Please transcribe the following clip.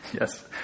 Yes